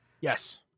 Yes